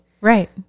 Right